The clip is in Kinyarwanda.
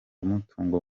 mutungo